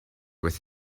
with